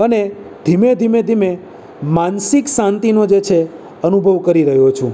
અને ધીમે ધીમે ધીમે માનસિક શાંતિનો જે છે અનુભવ કરી રહ્યો છું